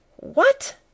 What